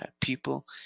people